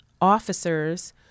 officers